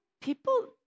people